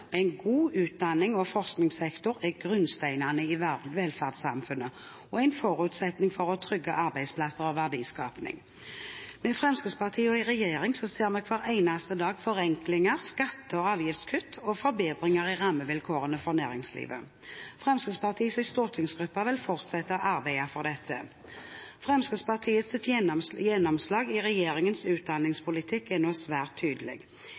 en god utdannings- og forskningssektor er grunnsteinene i velferdssamfunnet og en forutsetning for å trygge arbeidsplasser og verdiskaping. Med Fremskrittspartiet i regjering ser vi hver eneste dag forenklinger, skatte- og avgiftskutt og forbedringer i rammevilkårene for næringslivet. Fremskrittspartiets stortingsgruppe vil fortsette å arbeide for dette. Fremskrittspartiets gjennomslag i regjeringens utdanningspolitikk er nå svært tydelig.